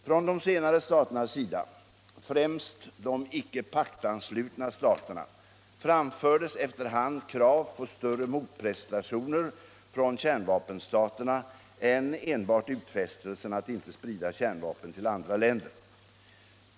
Från de senare staternas sida — främst de icke-paktanslutna staterna — framfördes efter hand krav på större motprestationer från kärnvapenstaterna än enbart utfästelsen att inte sprida kärnvapen till andra länder.